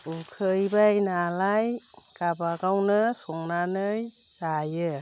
उखैबाय नालाय गावबागावनो संनानै जायो